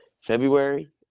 February